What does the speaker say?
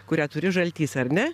kurią turi žaltys ar ne